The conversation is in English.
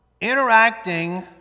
interacting